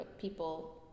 people